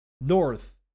north